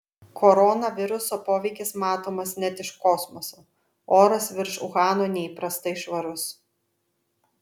koronaviruso poveikis matomas net iš kosmoso oras virš uhano neįprastai švarus